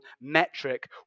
metric